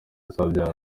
azabyara